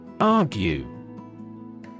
ARGUE